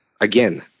again